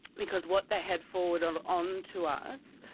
because what they had forwarded on on to us,